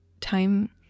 time